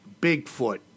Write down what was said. Bigfoot